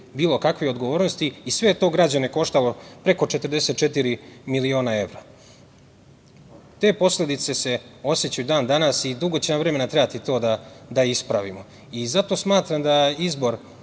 bilo kakve odgovornosti. Sve je to građane koštalo preko 44 miliona evra. Te posledice osećaju i dan danas i dugo će nam vremena trebati da to ispravimo. Zato smatram da izbor